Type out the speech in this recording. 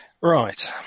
Right